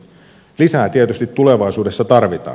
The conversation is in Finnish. lisää tietysti tulevaisuudessa tarvitaan